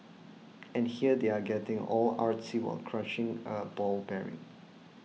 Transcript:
and here they are getting all artsy while crushing a ball bearing